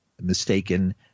mistaken